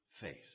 face